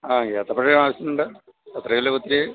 ആ ഏത്തപ്പഴം ആവശ്യത്തിനുണ്ട് എത്ര കിലോ വെച്ച്